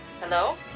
hello